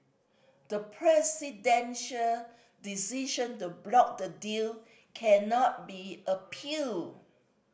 the presidential decision to block the deal cannot be appeal